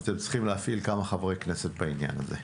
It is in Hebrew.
אתם צריכים להפעיל כמה חברי כנסת בעניין הזה.